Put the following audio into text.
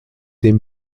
dem